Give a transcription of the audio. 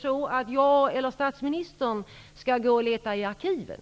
Skall jag eller statsministern gå och leta i arkiven?